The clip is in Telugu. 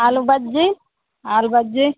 ఆలు బజ్జీ ఆలు బజ్జీ